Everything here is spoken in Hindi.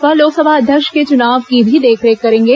वह लोकसभा अध्यक्ष के चुनाव की भी देखरेख करेंगे